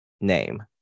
name